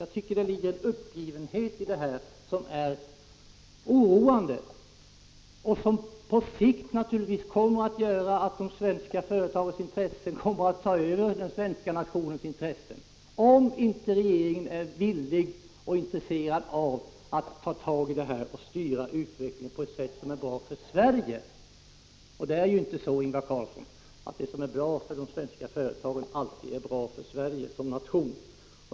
Jag tycker det ligger en uppgivenhet i det som är oroande och som på sikt naturligtvis kommer att leda till att de svenska företagens intressen tar över den svenska nationens intressen, om inte regeringen är villig att och intresserad av att ta tag i detta och styra utvecklingen på ett sätt som är bra för Sverige. Det är inte så, Ingvar Carlsson, att det som är bra för de svenska företagen alltid är bra för Sverige som nation.